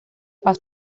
paz